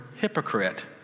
hypocrite